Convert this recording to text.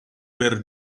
per